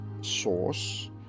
source